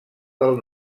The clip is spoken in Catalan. del